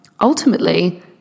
ultimately